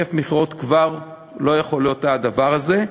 היקף מכירות, כבר לא יכול להיות הדבר הזה.